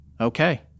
Okay